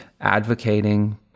advocating